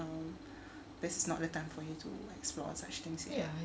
um this is not the time for you to explore such things here